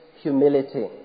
humility